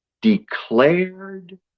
declared